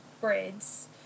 breads